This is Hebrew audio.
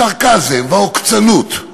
הסרקזם והעוקצנות,